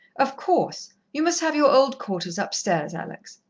of course. you must have your old quarters upstairs, alex.